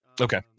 Okay